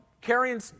carrying